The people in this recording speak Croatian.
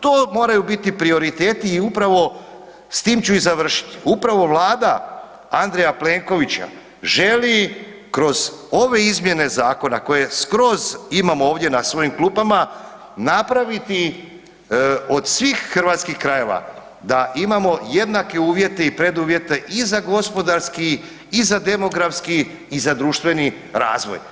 To moraju biti prioriteti i u pravo s tim ću i završiti, upravo Vlada Andreja Plenkovića želi kroz ove izmjene zakona koje skroz imamo ovdje na svojim klupama napraviti od svih hrvatskih krajeva da imamo jednake uvjete i preduvjete i za gospodarski i za demografski i za društveni razvoj.